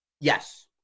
Yes